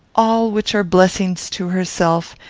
all which are blessings to herself,